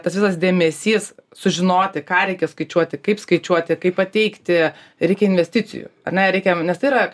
tas visas dėmesys sužinoti ką reikia skaičiuoti kaip skaičiuoti kaip pateikti reikia investicijų ar ne reikia nes tai yra